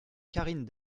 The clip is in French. karine